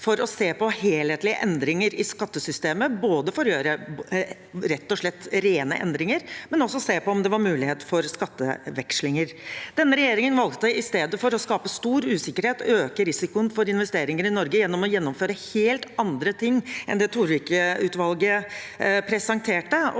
for å se på helhetlige endringer i skattesystemet, både for å gjøre rett og slett rene endringer og for å se på om det var mulighet for skattevekslinger. Denne regjeringen valgte istedenfor å skape stor usikkerhet og øke risikoen for investeringer i Norge gjennom å gjennomføre helt andre ting enn det Torvik-utvalget presenterte.